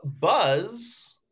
buzz